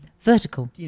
Vertical